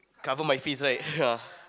cover my face right ya